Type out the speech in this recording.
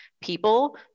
people